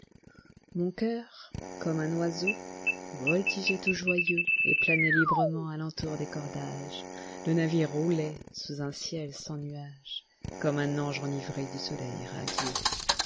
mon cœur comme un oiseau voltigeait tout joyeuxet planait librement à tentour des cordages le navire roulait sous un ciel sans nuages comme un ange enivré du soleil radieux